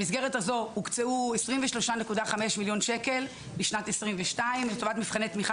במסגרת זו הוקצו 23,500,00 ש"ח בשנת 2022 לטובת מבחני תמיכה